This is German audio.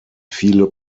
viele